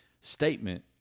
statement